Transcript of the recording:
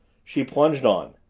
she plunged on.